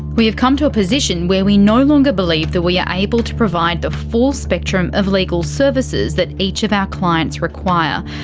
we have come to a position where we no longer believe that we are able to provide the full spectrum of legal services that each of our clients require.